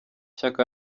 shyaka